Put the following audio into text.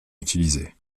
utilisée